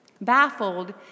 Baffled